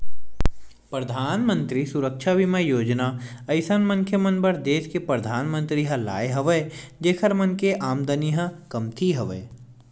परधानमंतरी सुरक्छा बीमा योजना अइसन मनखे मन बर देस के परधानमंतरी ह लाय हवय जेखर मन के आमदानी ह कमती हवय